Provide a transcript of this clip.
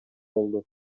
болду